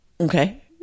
Okay